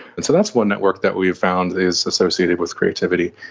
and so that's one network that we've found is associated with creativity.